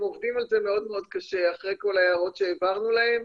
הם עובדים על זה מאוד מאוד קשה אחרי כל ההערות שהעברנו להם.